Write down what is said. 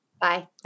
Bye